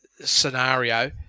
scenario